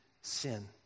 sin